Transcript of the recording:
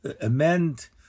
amend